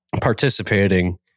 participating